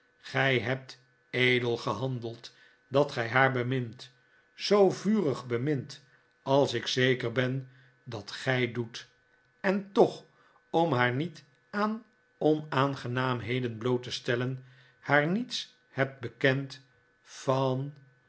gij hebt edel gehandeld dat gij haar bemint zoo vurig bemint als ik zeker ben dat gij doet en toch om haar niet aan onaangenaamheden bloot te stellen haar niets hebt bekend van